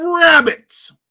rabbits